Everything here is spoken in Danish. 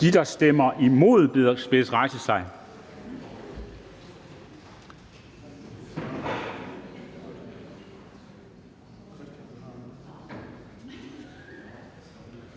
De, der stemmer imod, bedes rejse sig.